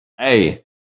Hey